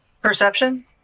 Perception